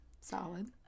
Solid